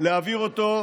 להעביר אותו,